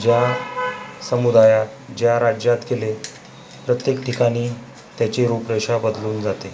ज्या समुदायात ज्या राज्यात केलेत प्रत्येक ठिकाणी त्याची रूपरेषा बदलून जाते